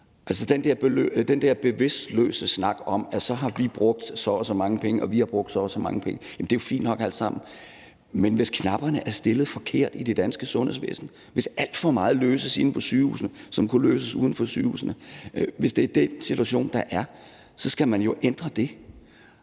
Altså, den der bevidstløse snak om, at så har vi brugt så og så mange penge – det er fint nok alt sammen, men hvis knapperne er indstillet forkert i det danske sundhedsvæsen, og hvis alt for meget løses inde på sygehusene, som kunne løses uden for sygehusene, og hvis det er den situation, der er, så skal man jo ændre det.